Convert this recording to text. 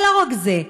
אבל לא רק זה.